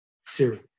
series